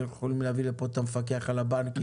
אנחנו יכולים להביא לפה את המפקח על הבנקים,